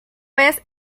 vez